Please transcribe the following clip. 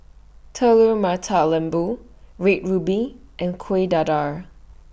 Telur Mata Lembu Red Ruby and Kueh Dadar